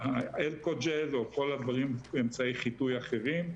אלכוהול ג'ל או כל אמצעי החיטוי האחרים.